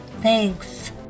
Thanks